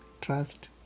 Trust